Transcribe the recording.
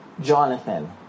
Jonathan